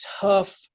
tough